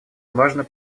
важно